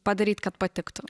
padaryt kad patiktų